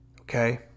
Okay